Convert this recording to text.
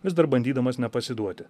vis dar bandydamas nepasiduoti